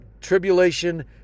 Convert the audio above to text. tribulation